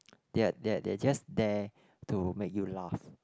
that that that are just there to make you laugh